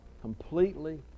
completely